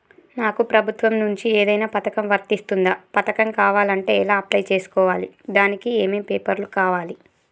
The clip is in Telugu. నాకు ప్రభుత్వం నుంచి ఏదైనా పథకం వర్తిస్తుందా? పథకం కావాలంటే ఎలా అప్లై చేసుకోవాలి? దానికి ఏమేం పేపర్లు కావాలి?